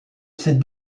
ses